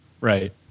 Right